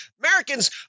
Americans